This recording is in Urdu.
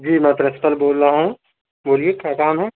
جی میں پرنسپل بول رہا ہوں بولیے کیا کام ہے